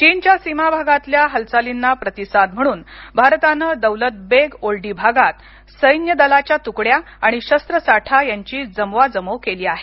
चीनच्या सीमा भागातल्या हालचालींना प्रतिसाद म्हणून भारतानं दौलत बेग ओल्डी भागात सैन्य दलांच्या तुकड्या आणि शस्त्रसाठा यांची जमवाजमव केली आहे